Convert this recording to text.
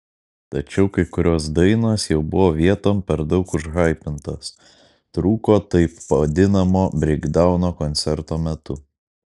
tačiau kai kurios dainos jau buvo vietom per daug užhaipintos trūko taip vadinamo breikdauno koncerto metu